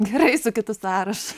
gerai su kitu sąrašu